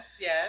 yes